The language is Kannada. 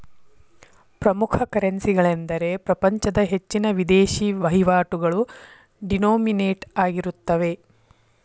ಪ್ರಮುಖ ಕರೆನ್ಸಿಗಳೆಂದರೆ ಪ್ರಪಂಚದ ಹೆಚ್ಚಿನ ವಿದೇಶಿ ವಹಿವಾಟುಗಳು ಡಿನೋಮಿನೇಟ್ ಆಗಿರುತ್ತವೆ